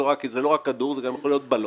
צורה כי זה לא רק כדור אלא זה גם יכול להיות בלון.